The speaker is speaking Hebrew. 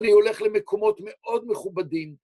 אני הולך למקומות מאוד מכובדים.